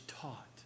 taught